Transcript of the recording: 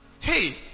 hey